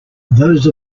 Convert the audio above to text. those